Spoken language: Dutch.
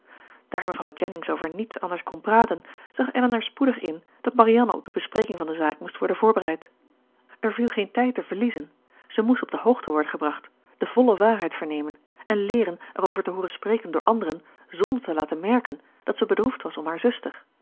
daar mevrouw jennings over niets anders kon praten zag elinor spoedig in dat marianne op de bespreking van de zaak moest worden voorbereid er viel geen tijd te verliezen zij moest op de hoogte worden gebracht de volle waarheid vernemen en leeren erover te hooren spreken door anderen zonder te laten merken dat zij bedroefd was om hare zuster